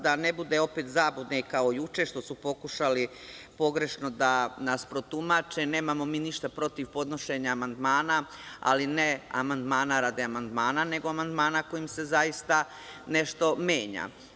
Da ne bude opet zabune, kao juče što su pokušali pogrešno da nas protumače, nemamo mi ništa protiv podnošenja amandmana, ali ne amandmana radi amandmana, nego amandmana kojim se zaista nešto menja.